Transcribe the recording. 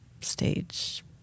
stage